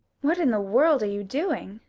what in the world are you doing?